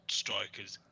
strikers